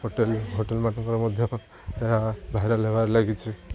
hotel ହୋଟେଲମାନଙ୍କର ମଧ୍ୟ ଏହା ଭାଇରାଲ ହେବାରେ ଲାଗିଛିି